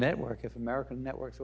network of american networks